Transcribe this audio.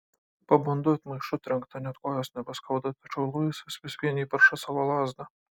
pabundu it maišu trenkta net kojos nebeskauda tačiau luisas vis vien įperša savo lazdą